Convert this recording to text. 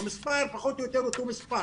המספר פחות או יותר אותו מספר.